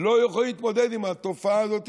לא יכולים להתמודד עם התופעה הזאת